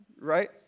right